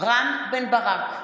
רם בן ברק,